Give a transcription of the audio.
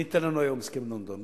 מי ייתן לנו היום הסכם לונדון?